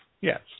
Yes